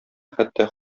хәтта